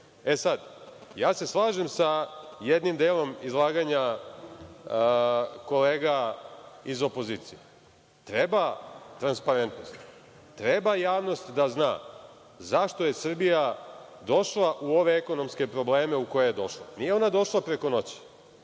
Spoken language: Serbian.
Srbije. Sada, slažem se sa jednim delom izlaganja kolega iz opozicije. Treba transparentnosti, treba javnost da zna zašto je Srbija došla u ove ekonomske probleme u koje je došla. Nije ona došla preko noći,